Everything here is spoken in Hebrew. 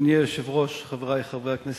אדוני היושב-ראש, חברי חברי הכנסת,